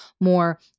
more